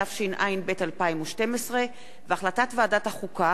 התשע"ב 2012. החלטת ועדת החוקה,